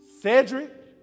Cedric